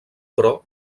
però